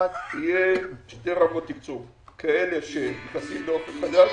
יהיו שתי רמות תקצוב: כאלה שנכנסים לאופק חדש,